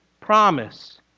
promise